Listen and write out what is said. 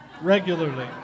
regularly